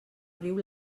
riu